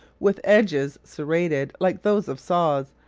with edges serrated like those of saws,